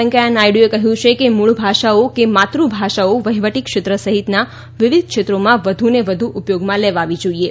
વેંકૈયા નાયડુએ કહ્યું છે કે મૂળ ભાષાઓ કે માતૃભાષાઓ વહીવટી ક્ષેત્ર સહિતના વિવિધ ક્ષેત્રોમાં વધુને વધુ ઉપયોગમાં લેવાવી જોઇએ